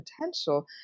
potential